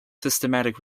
systematic